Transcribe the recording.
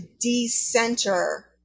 de-center